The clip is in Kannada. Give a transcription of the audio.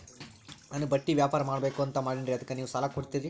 ನಾನು ಬಟ್ಟಿ ವ್ಯಾಪಾರ್ ಮಾಡಬಕು ಅಂತ ಮಾಡಿನ್ರಿ ಅದಕ್ಕ ನೀವು ಸಾಲ ಕೊಡ್ತೀರಿ?